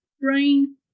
brain